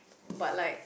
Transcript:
but like